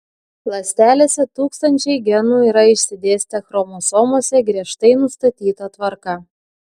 ląstelėse tūkstančiai genų yra išsidėstę chromosomose griežtai nustatyta tvarka